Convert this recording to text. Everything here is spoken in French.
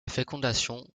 fécondation